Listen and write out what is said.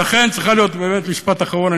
באמת משפט אחרון.